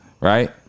Right